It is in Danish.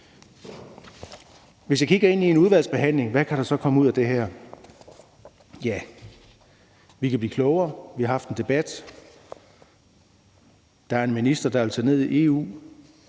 Hvis vi kigger ind i en udvalgsbehandling, hvad kan der så komme ud af det her? Vi kan blive klogere. Vi har haft en debat. Der er en minister, der vil tage ned i EU